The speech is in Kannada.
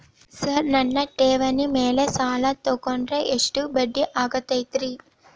ಸರ್ ನನ್ನ ಠೇವಣಿ ಮೇಲೆ ಸಾಲ ತಗೊಂಡ್ರೆ ಎಷ್ಟು ಬಡ್ಡಿ ಆಗತೈತ್ರಿ?